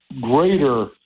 greater